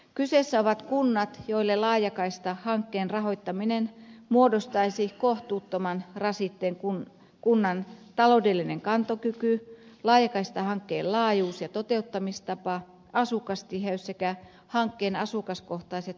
kyseessä ovat kunnat joille laajakaistahankkeen rahoittaminen muodostaisi kohtuuttoman rasitteen kunnan taloudellinen kantokyky laajakaistahankkeen laajuus ja toteuttamistapa asukasti heys sekä hankkeen asukaskohtaiset rakentamiskustannukset huomioiden